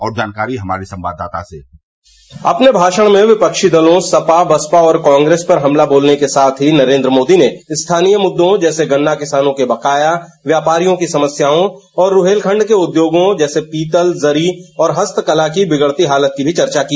और जानकारी हमारे संवाददाता से अपने भाषण में विपक्षी दलों सपा बसपा और कांग्रेस पर हमला बोलने के साथ ही नरेन्द्र मोदी ने स्थानीय मुद्दों जैसे गन्ना किसानों के बकाया व्यापारियों की समस्याओं और रुहेलखंड के उद्योगों पीतल जरी और हस्तकला की बिगड़ी हालत की भी चर्चा की